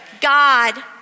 God